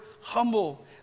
humble